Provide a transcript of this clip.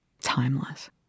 timeless